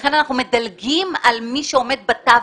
לכן אנחנו מדלגים על מי שעומד בתווך.